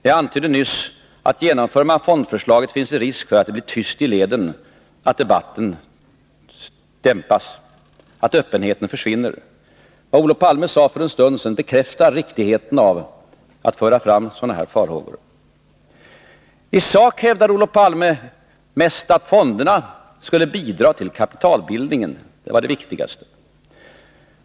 Jag antydde nyss att genomför man fondförslaget finns det risk för att det blir tyst i leden, att debatten dämpas, att öppenheten försvinner. Vad Olof Palme sade för en stund sedan bekräftar riktigheten av att föra fram sådana här farhågor. I sak hävdar Olof Palme mest att fonderna skulle bidra till kapitalbildningen — det var det väsentligaste.